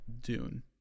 Dune